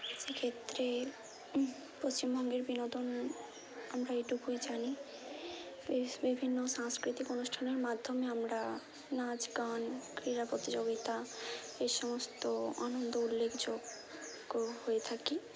সেক্ষেত্রে পশ্চিমবঙ্গের বিনোদন আমরা এইটুকুই জানি বিভিন্ন সাংস্কৃতিক অনুষ্ঠানের মাধ্যমে আমরা নাচ গান ক্রীড়া প্রতিযোগিতা এ সমস্ত আনন্দ উল্লেকযোগ্য হয়ে থাকি